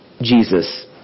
Jesus